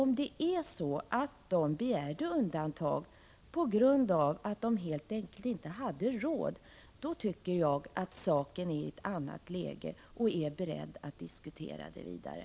Om det är så att de begärde undantagande på grund av att de helt enkelt inte hade råd, då tycker jag att saken kommer i ett annat läge, och då är jag beredd att diskutera frågan vidare.